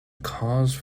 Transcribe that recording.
cause